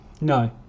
No